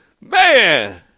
Man